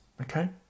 okay